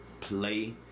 play